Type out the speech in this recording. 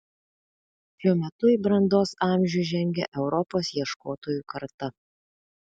šiuo metu į brandos amžių žengia europos ieškotojų karta